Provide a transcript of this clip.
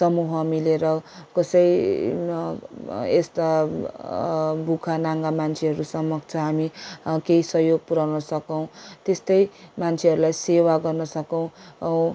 समूह मिलेर कसै यस्ता भोकानाङ्गा मान्छेहरूसमक्ष हामी केही सहयोग पुर्याउन सकौँ त्यस्तै मान्छेहरूलाई सेवा गर्नसकौँ